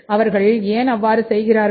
அவர்கள் ஏன் அவ்வாறு செய்கிறார்கள்